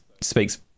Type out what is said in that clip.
speaks